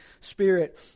Spirit